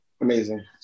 Amazing